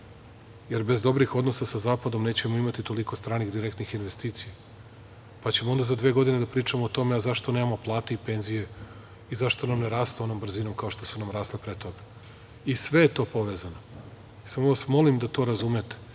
jer bez dobrih odnosa sa Zapadom nećemo imati toliko stranih direktnih investicija, pa ćemo onda za dve godine da pričamo o tome a zašto nemamo plate i penzijei zašto nam ne rastu onom brzinom kao što su nam rasle pre toga. Sve je to povezano i samo vas molim da to razumete